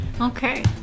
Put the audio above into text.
Okay